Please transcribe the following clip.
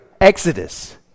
Exodus